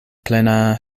plena